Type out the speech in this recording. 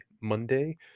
Monday